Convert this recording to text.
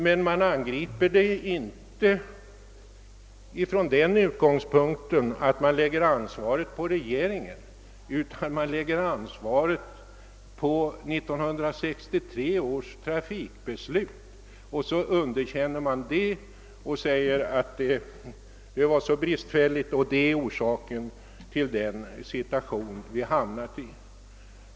Men man lägger inte ansvaret för den på regeringen, utan ansvaret lägger man på 1963 års trafikbeslut. Detta underkänner man utan vidare och säger, att beslutet var så bristfälligt, att det är orsaken till den situation vi nu har hamnat i.